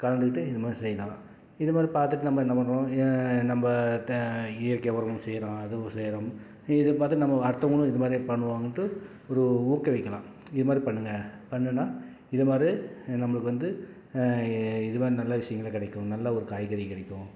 கலந்துக்கிட்டு இது மாதிரி செய்யலாம் இது மாதிரி பார்த்துட்டு நம்ம என்ன பண்ணுறோம் நம்ம தே இயற்கை உரம் செய்கிறோம் அதுவும் செய்கிறோம் இது பார்த்துட்டு நம்ம அடுத்தவங்களும் இது மாதிரியே பண்ணுவாங்கனுட்டு ஒரு ஊக்கவிக்கலாம் இது மாதிரி பண்ணுங்கள் பண்ணுன்னால் இது மாதிரி நம்மளுக்கு வந்து இது மாதிரி நல்ல விஷயங்களா கிடைக்கும் நல்ல ஒரு காய்கறி கிடைக்கும்